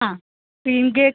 ആ cream cake